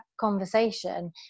conversation